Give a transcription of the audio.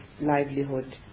livelihood